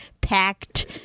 packed